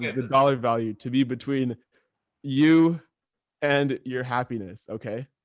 the dollar value to be between you and your happiness. okay.